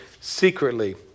secretly